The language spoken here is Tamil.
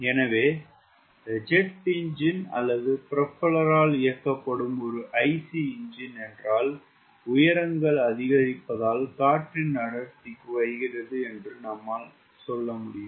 எனவே ஜெட் என்ஜின் அல்லது ப்ரொபல்லர் இயக்கப்படும் ஒரு IC எஞ்சின் என்றால் உயரங்கள் அதிகரிப்பதால் காற்றின் அடர்த்தி குறைகிறது என்று நம்மால் சொல்லமுடியும்